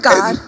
God